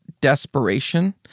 desperation